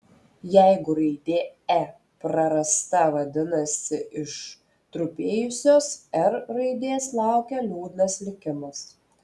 jeigu raidė e prarasta vadinasi ištrupėjusios r raidės laukia liūdnas likimas